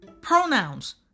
pronouns